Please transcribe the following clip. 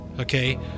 okay